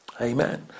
Amen